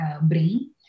brain